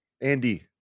Andy